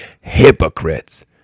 hypocrites